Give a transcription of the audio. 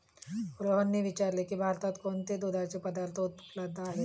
रोहनने विचारले की भारतात कोणते दुधाचे पदार्थ उपलब्ध आहेत?